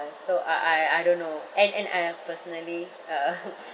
so I I I don't know and and I personally um